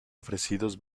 ofrecidos